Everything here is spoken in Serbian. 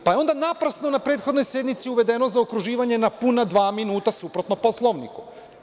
Onda je naprasno na prethodnoj sednici uvedeno zaokruživanje na puna dva minuta, suprotno Poslovniku.